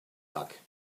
luck